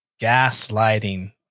gaslighting